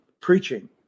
preaching